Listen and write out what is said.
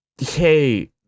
hey